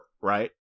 right